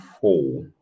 four